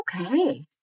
okay